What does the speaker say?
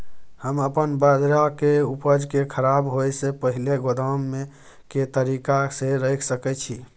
हम अपन बाजरा के उपज के खराब होय से पहिले गोदाम में के तरीका से रैख सके छी?